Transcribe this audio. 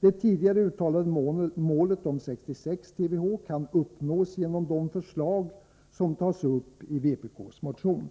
Det tidigare uttalade målet om 66 TWh kan uppnås genom de förslag som tas upp i vpk:s motion.